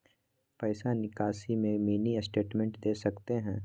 पैसा निकासी में मिनी स्टेटमेंट दे सकते हैं?